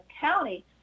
County